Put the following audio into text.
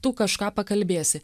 tu kažką pakalbėsi